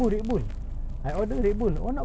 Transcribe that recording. for daily okay baik bagi aku even